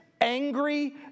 angry